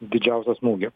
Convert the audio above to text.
didžiausią smūgį